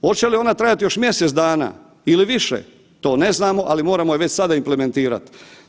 Hoće li ona trajati još mjesec dana ili više, to ne znamo, ali moramo je već sada implementirati.